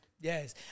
Yes